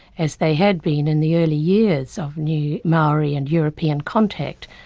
as they had been in the early years of new maori and european contact.